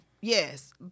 yes